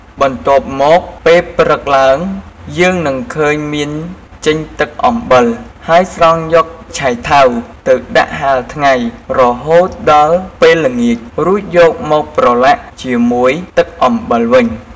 បន្ទាប់មកពេលព្រឹកឡើងយើងនឹងឃើញមានចេញទឹកអំបិល ហើយស្រង់យកឆៃថាវទៅដាក់ហាលថ្ងៃរហូតដល់ពេលល្ងាច រួចយកមកប្រឡាក់ជាមួយទឹកអំបិលវិញ។